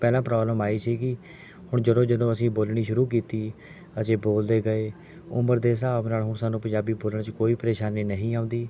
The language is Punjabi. ਪਹਿਲਾਂ ਪਰੋਬਲਮ ਆਈ ਸੀ ਹੁਣ ਜਦੋਂ ਜਦੋਂ ਅਸੀਂ ਬੋਲਣੀ ਸ਼ੁਰੂ ਕੀਤੀ ਅਸੀਂ ਬੋਲਦੇ ਗਏ ਉਮਰ ਦੇ ਹਿਸਾਬ ਨਾਲ ਹੁਣ ਸਾਨੂੰ ਪੰਜਾਬੀ ਬੋਲਣ 'ਚ ਕੋਈ ਪਰੇਸ਼ਾਨੀ ਨਹੀਂ ਆਉਂਦੀ